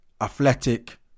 athletic